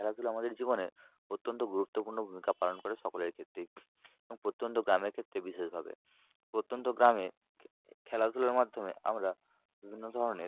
খেলাধূলা আমাদের জীবনের অত্যন্ত গুরুত্বপূর্ণ ভূমিকা পালন করে সকলের ক্ষেত্রেই এবং প্রত্যন্ত গ্রামের ক্ষেত্রে বিশেষভাবে প্রত্যন্ত গ্রামে খেলাধুলোর মাধ্যমে আমরা বিভিন্ন ধরনের